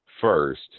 first